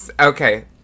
Okay